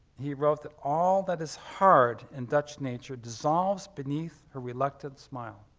he wrote that, all that is hard in dutch nature dissolves beneath her reluctant smile.